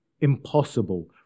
impossible